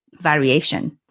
variation